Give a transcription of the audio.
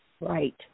Right